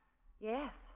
Yes